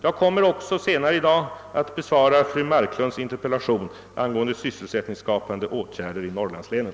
Jag kommer också senare att besvara fru Marklunds interpellation angående sysselsättningsskapande åtgärder i Norrlandslänen.